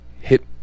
hit